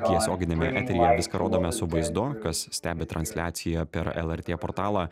tiesioginiame eteryje viską rodome su vaizdu kas stebi transliaciją per lrt portalą